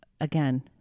again